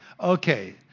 okay